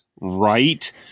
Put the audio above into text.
right